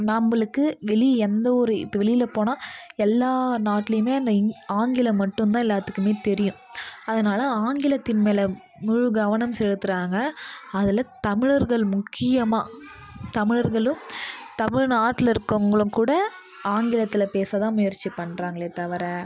நம்மளுக்கு வெளியே எந்த ஒரு இப்போ வெளியில் போனால் எல்லா நாட்டுலேயுமே அந்த இங் ஆங்கிலம் மட்டுந்தான் எல்லாத்துக்குமே தெரியும் அதனால் ஆங்கிலத்தின் மேல் முழு கவனம் செலுத்துகிறாங்க அதில் தமிழர்கள் முக்கியமாக தமிழர்களும் தமிழ்நாட்டில் இருக்கறவங்களும் கூட ஆங்கிலத்தில் பேச தான் முயற்சி பண்றாங்களே தவிர